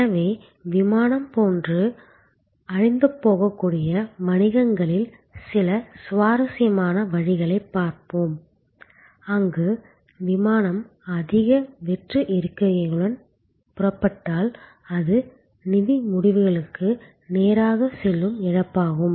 எனவே விமானம் போன்ற அழிந்துபோகக்கூடிய வணிகங்களில் சில சுவாரஸ்யமான வழிகளைப் பார்ப்போம் அங்கு விமானம் அதிக வெற்று இருக்கைகளுடன் புறப்பட்டால் அது நிதி முடிவுகளுக்கு நேராக செல்லும் இழப்பாகும்